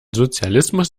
sozialismus